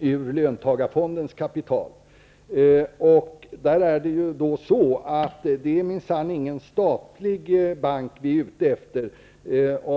ur löntagarfondens kapital. Det är minsann ingen statlig bank vi är ute efter.